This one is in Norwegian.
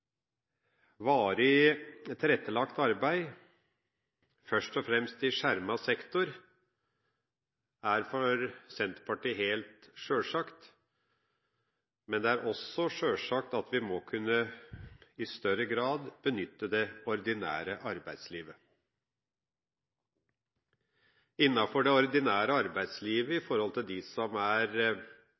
Varig tilrettelagt arbeid – først og fremst i skjermet sektor – er for Senterpartiet helt sjølsagt, men det er også sjølsagt at vi i større grad må kunne benytte det ordinære arbeidslivet. Innenfor det ordinære arbeidslivet er det for dem som er